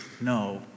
no